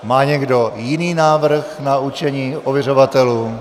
Má někdo jiný návrh na určení ověřovatelů?